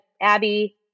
abby